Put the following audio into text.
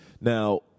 Now